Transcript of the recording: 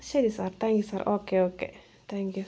ശരി sir thank you sir okay okay thank U